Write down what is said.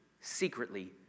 secretly